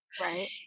Right